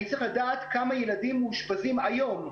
אני צריך לדעת כמה ילדים מאושפזים היום,